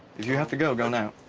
you have to go, go now.